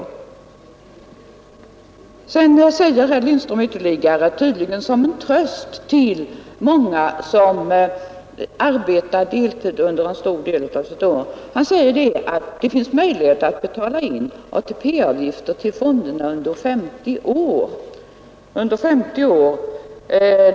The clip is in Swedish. Nr 79 Sedan säger herr Lindström, tydligen som tröst för många som arbetar Tisdagen den på deltid en stor del av livet, att det finns möjlighet att betala in 16 maj 1972 ATP-avgifter till fonderna under 50 år.